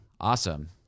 awesome